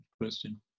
question